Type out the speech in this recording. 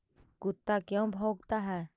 कुत्ता क्यों भौंकता है?